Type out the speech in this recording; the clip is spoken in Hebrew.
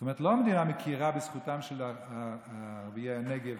זאת אומרת, המדינה לא מכירה בזכותם של ערביי הנגב